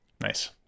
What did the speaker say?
Nice